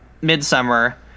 Midsummer